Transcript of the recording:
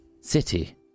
city